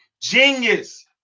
genius